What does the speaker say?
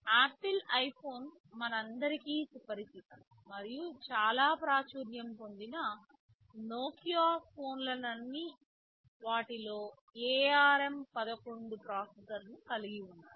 apple iPhone మనందరికీ సుపరిచితం మరియు చాలా ప్రాచుర్యం పొందిన నోకియా ఫోన్లన్నీ వాటిలో ARM11 ప్రాసెసర్ను కలిగి ఉన్నాయి